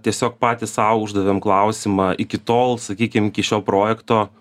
tiesiog patys sau uždavėm klausimą iki tol sakykim iki šio projekto